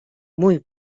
mój